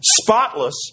spotless